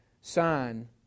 sign